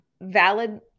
valid